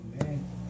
Amen